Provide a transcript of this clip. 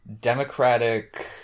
Democratic